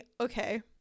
okay